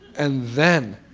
and then,